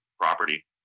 property